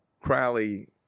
Crowley